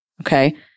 okay